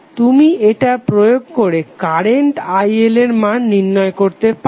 তুমি এটা প্রয়োগ করে কারেন্ট IL এর মান নির্ণয় করতে পারো